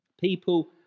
people